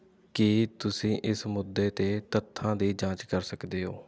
ਕੀ ਤੁਸੀਂ ਇਸ ਮੁੱਦੇ 'ਤੇ ਤੱਥਾਂ ਦੀ ਜਾਂਚ ਕਰ ਸਕਦੇ ਹੋ